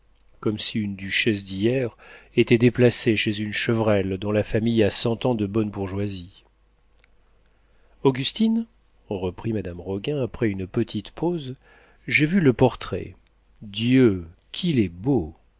comme si une duchesse d'hier était déplacée chez une chevrel dont la famille a cent ans de bonne bourgeoisie augustine reprit madame roguin après une petite pause j'ai vu le portrait dieu qu'il est beau